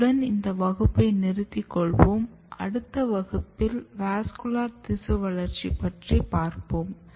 இத்துடன் இந்த வகுப்பை நிறுத்திக்கொள்வோம் அடுத்த வகுப்பில் வாஸ்குலர் திசு வளர்ச்சியை பற்றி பார்ப்போம்